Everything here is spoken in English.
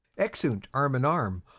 exeunt arm in arm.